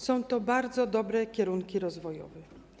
Są to bardzo dobre kierunki rozwojowe.